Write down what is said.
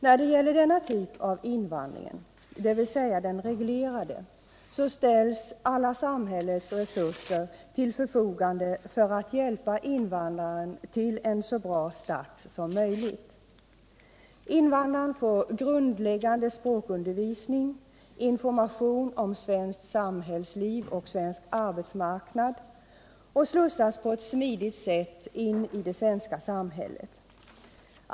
När det gäller denna typ av invandring, dvs. den reglerade, så ställs alla samhällsresurser till förfogande för att hjälpa invandraren till en så bra start som möjligt. Invandraren får grundläggande språkundervisning, information om svenskt samhällsliv och svensk arbetsmarknad och slussas på ett smidigt sätt in i det svenska samhället.